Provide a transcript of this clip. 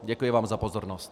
Děkuji vám za pozornost.